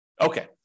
Okay